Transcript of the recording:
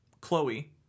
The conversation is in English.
Chloe